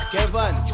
Kevin